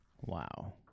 Wow